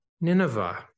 Nineveh